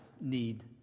need